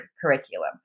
Curriculum